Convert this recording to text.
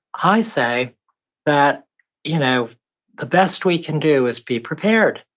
i say that you know the best we can do is be prepared.